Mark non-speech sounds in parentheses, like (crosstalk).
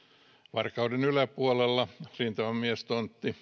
varkauden yläpuolella rintamamiestontti (unintelligible)